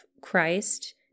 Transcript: Christ